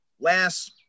last